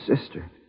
sister